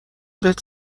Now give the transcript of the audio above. بهت